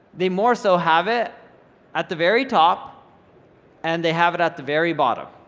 they more so have it at the very top and they have it at the very bottom.